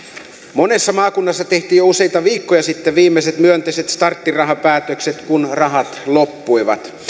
monessa maakunnassa tehtiin jo useita viikkoja sitten viimeiset myönteiset starttirahapäätökset kun rahat loppuivat